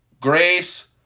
grace